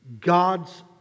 God's